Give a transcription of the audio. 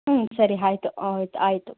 ಹ್ಞೂ ಸರಿ ಆಯ್ತು ಆಯ್ತು ಆಯಿತು